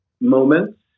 moments